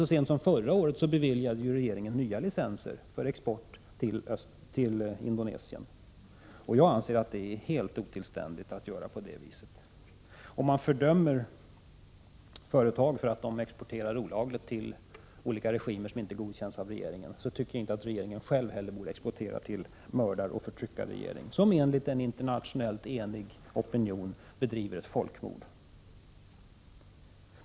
Så sent som förra året beviljade ju regeringen nya licenser för export till Indonesien, och jag anser att det är helt otillständigt att göra på det viset. Om man fördömer företag för att de exporterar olagligt till regimer som inte godkänns av regeringen, tycker jag inte att regeringen själv heller borde exportera till en mördaroch förtryckarregering som enligt en enig internationell opinion bedriver folkmord.